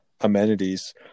amenities